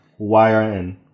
YRN